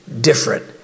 different